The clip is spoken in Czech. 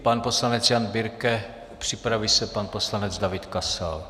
Pan poslanec Jan Birke, připraví se pan poslanec David Kasal.